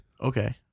Okay